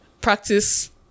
practice